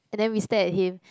and then we stare at him